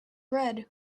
red